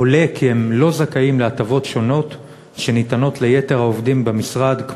עולה כי הם לא זכאים להטבות שונות שניתנות ליתר העובדים במשרד,